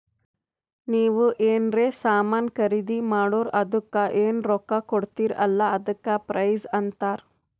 ನೀವ್ ಎನ್ರೆ ಸಾಮಾನ್ ಖರ್ದಿ ಮಾಡುರ್ ಅದುಕ್ಕ ಎನ್ ರೊಕ್ಕಾ ಕೊಡ್ತೀರಿ ಅಲ್ಲಾ ಅದಕ್ಕ ಪ್ರೈಸ್ ಅಂತಾರ್